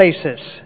places